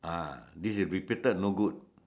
ah this is repeated no good